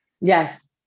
Yes